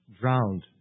Drowned